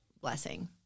blessing